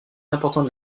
importants